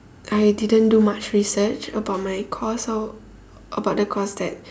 I didn't do much research about my course lor about the course that